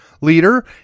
leader